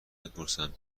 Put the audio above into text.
میپرسن